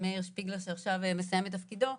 מאיר שפיגלר שמסיים עכשיו את תפקידו,